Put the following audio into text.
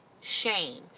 shame